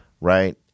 right